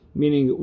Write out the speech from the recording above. meaning